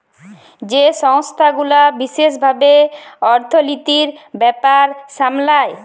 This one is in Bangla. যেই সংস্থা গুলা বিশেস ভাবে অর্থলিতির ব্যাপার সামলায়